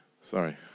Sorry